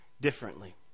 differently